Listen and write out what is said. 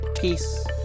Peace